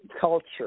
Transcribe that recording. culture